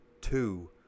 two